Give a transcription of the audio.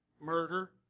murder